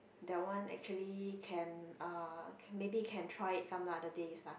that one actually can uh maybe can try it some others days lah